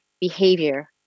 behavior